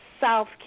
South